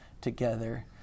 together